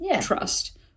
Trust